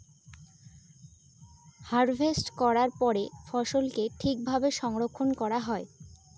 harvest করার পরে ফসলকে ঠিক ভাবে সংরক্ষন করা হয়